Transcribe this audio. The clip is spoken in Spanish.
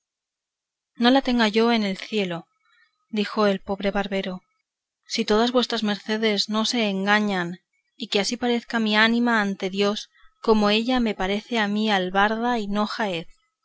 no la tenga yo en el cielo dijo el sobrebarbero si todos vuestras mercedes no se engañan y que así parezca mi ánima ante dios como ella me parece a mí albarda y no jaez